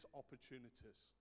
opportunities